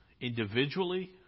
individually